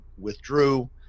withdrew